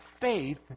faith